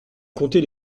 compter